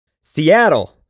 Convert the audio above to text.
Seattle